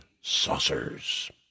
saucers